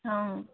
অঁ